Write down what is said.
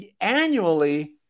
annually